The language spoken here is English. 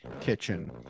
Kitchen